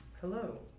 Hello